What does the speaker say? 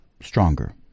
stronger